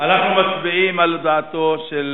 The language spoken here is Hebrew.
אנחנו מצביעים על הודעתו של